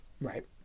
Right